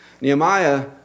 Nehemiah